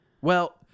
Well-